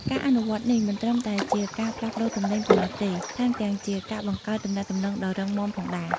ការអនុវត្តនេះមិនត្រឹមតែជាការផ្លាស់ប្តូរទំនិញប៉ុណ្ណោះទេ ថែមទាំងជាការបង្កើតទំនាក់ទំនងដ៏រឹងមាំផងដែរ។